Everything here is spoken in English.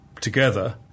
together